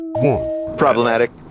Problematic